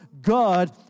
God